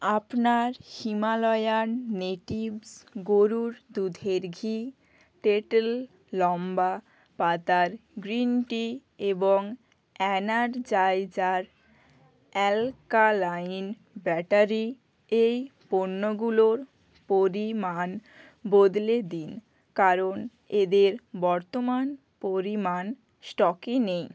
আপনার Himalayan natives গরুর দুধের ঘি টেটেল লম্বা পাতার গ্রিন টি এবং অ্যানারজাইজার অ্যালকালাইন ব্যাটারি এই পণ্যগুলোর পরিমাণ বদলে দিন কারণ এদের বর্তমান পরিমাণ স্টকে নেই